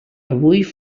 avui